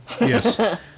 Yes